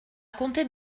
compter